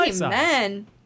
amen